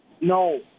No